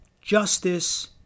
justice